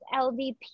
LVP